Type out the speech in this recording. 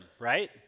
right